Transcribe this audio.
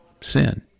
sin